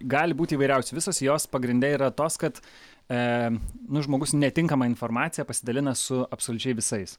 gali būt įvairiausių visos jos pagrinde yra tos kad ee nu žmogus netinkama informacija pasidalina su absoliučiai visais